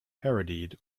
parodied